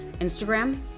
Instagram